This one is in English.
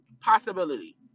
Possibility